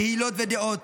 קהילות ודעות.